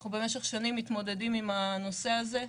אנחנו במשך שנים מתמודדים עם הנושא הזה.